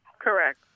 Correct